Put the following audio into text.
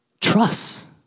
Trust